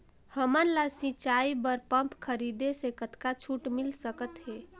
हमन ला सिंचाई बर पंप खरीदे से कतका छूट मिल सकत हे?